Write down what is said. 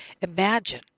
Imagine